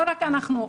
לא רק אנחנו.